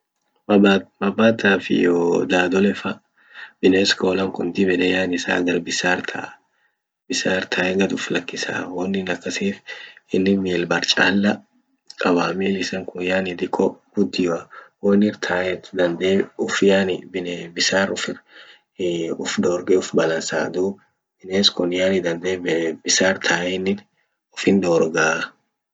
Mabataf iyyo dadolefa bines kolan kun dib yede yani saa hagar bisar taa bisar tae gad uf lakisaa wonin akkasif innin mil barchala qaaba mil isan kun yani diqo gudioa woin ir taet dandee bisan uf dorge uf balance saa duub bines kun yani dandee bisar tae innin ufin dorgaa.